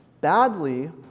badly